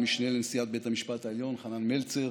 המשנה לנשיאת בית המשפט העליון חנן מלצר,